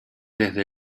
desde